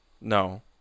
No